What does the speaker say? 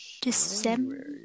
december